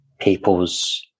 people's